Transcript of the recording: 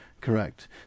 correct